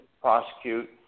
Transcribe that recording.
prosecute